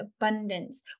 abundance